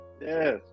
Yes